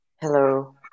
Hello